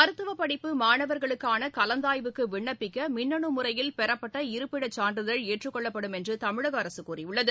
மருத்துவப் படிப்பு மாணவர்களுக்கானகலந்தாய்வுக்குவிண்ணப்பிக்கமின்னனுமுறையில் பெறப்பட்ட இருப்பிடச் சான்றிதழ் ஏற்றுக் கொள்ளப்படும் என்றுதமிழகஅரசுகூறியுள்ளது